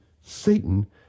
Satan